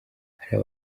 hari